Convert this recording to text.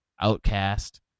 outcast